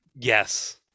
Yes